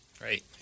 Right